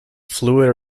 fluid